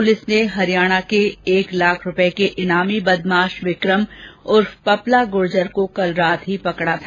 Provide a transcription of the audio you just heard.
police ने हरियाणा के पांच लाख रूपए के इनामी बदमाष विक्रम उर्फ पपला गुर्जर को कल रात ही पकडा था